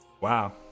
Wow